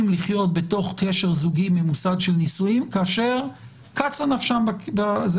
לחיות בתוך קשר זוגי ממוסד של נישואין כאשר קצה נפשם בו.